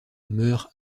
meurt